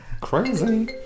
Crazy